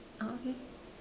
orh okay